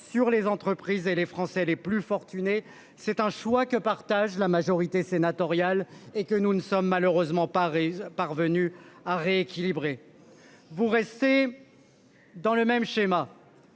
sur les entreprises et les Français les plus fortunés. C'est un choix que partagent la majorité sénatoriale et que nous ne sommes malheureusement Paris parvenu à rééquilibrer. Vous restez. Dans le même schéma.--